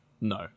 no